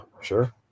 sure